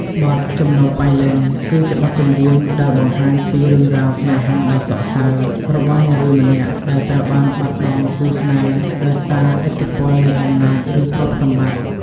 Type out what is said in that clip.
បទ ជំនោរប៉ៃលិន គឺជាបទចម្រៀងដែលបង្ហាញពីរឿងរ៉ាវស្នេហាដ៏សោកសៅរបស់នារីម្នាក់ដែលត្រូវបាត់បង់គូស្នេហ៍ដោយសារឥទ្ធិពលនៃអំណាច ឬទ្រព្យសម្បត្តិ។